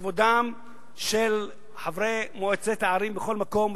ולכבודם של חברי מועצות הערים בכל מקום,